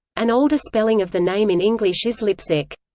an older spelling of the name in english is leipsic.